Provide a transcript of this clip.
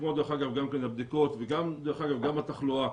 כמו גם הבדיקות וגם התחלואה,